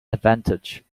advantage